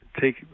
take